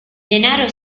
denaro